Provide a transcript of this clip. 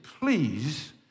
please